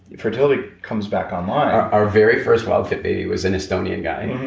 fertility comes back online our very first wildfit baby was an estonian guy.